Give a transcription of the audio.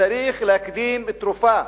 צריך להקדים תרופה,